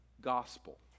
gospel